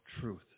truth